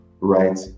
right